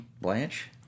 Blanche